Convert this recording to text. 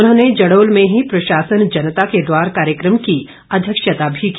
उन्होंने जड़ोल में ही प्रशासन जनता के द्वार कार्यक्रम की अध्यक्षता भी की